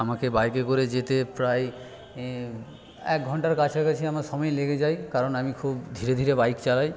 আমাকে বাইকে করে যেতে প্রায় এক ঘন্টার কাছাকাছি আমার সময় লেগে যায় কারণ আমি খুব ধীরে ধীরে বাইক চালাই